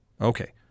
Okay